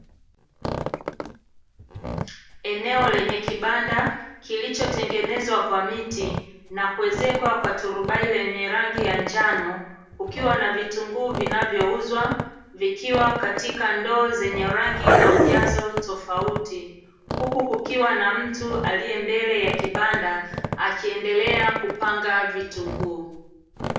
Eneo lenye kibanda kilichotengenezwa kwa miti, na kuezekwa kwa turubai lenye rangi ya njano, kukiwa na vitunguu vinavyouzwa vikiwa katika ndoo zenye rangi na ujazo tofauti. Huku kukiwa na mtu aliye mbele ya kibanda, akiendelea kupanga vitunguu.